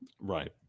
Right